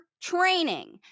training